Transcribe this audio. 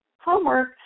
homework